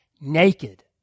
naked